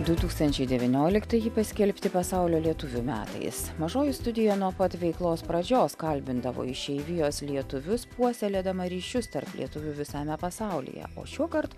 du tūkstančiai devynioliktieji paskelbti pasaulio lietuvių metais mažoji studija nuo pat veiklos pradžios kalbindavo išeivijos lietuvius puoselėdama ryšius tarp lietuvių visame pasaulyje o šiuokart